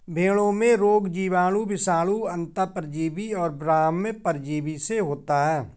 भेंड़ों में रोग जीवाणु, विषाणु, अन्तः परजीवी और बाह्य परजीवी से होता है